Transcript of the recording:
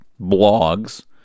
blogs